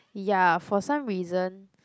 ya for some reason